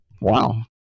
Wow